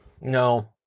No